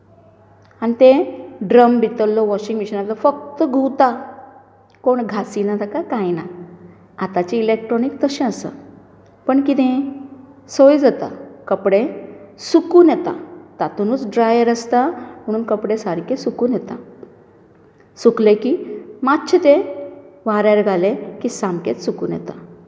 आनी तें ड्रम भितल्लो वाँशिग मशिनाचो फक्त घुंवता कोण घाशिना ताका काय ना आताचें इलेक्ट्रोनिक तशें आसा पूण कितें सोय जाता कपडे सुकुन येता तातुनच ड्रायर आसता म्हण कपडे सारखे सुकून येता सुकले की मात्शे वाऱ्यार घाले की सामकेच सुकून येता